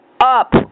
up